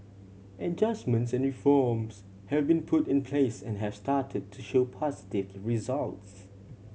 adjustments and reforms have been put in place and have started to show positive results